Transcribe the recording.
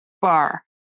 bar